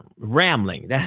rambling